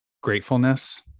gratefulness